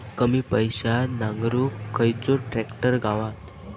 कमी पैशात नांगरुक खयचो ट्रॅक्टर गावात?